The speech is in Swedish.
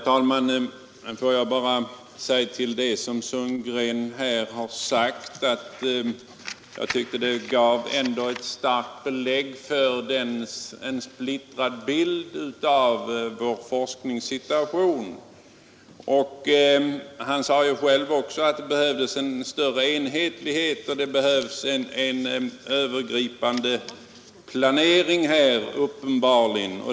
Herr talman! Det herr Sundgren här sade tycker jag ändå gav ett starkt belägg för att vår forskningssituation uppvisar en splittrad bild. Han sade själv att det behövdes en större enhetlighet och uppenbarligen även en övergripande planering.